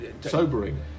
sobering